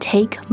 Take